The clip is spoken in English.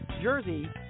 jersey